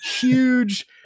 huge